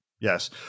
Yes